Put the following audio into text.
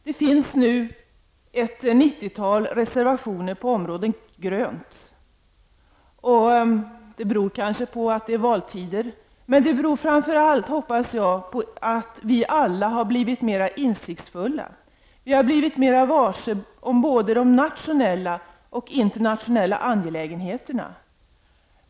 Det finns nu ett nittiotal reservationer på det gröna området. Det beror kanske på att det är valtider. Men framför allt beror det, hoppas jag, på att vi alla har blivit mera insiktsfulla. Vi har blivit mera varse om både nationella och internationella angelägenheter.